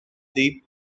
deep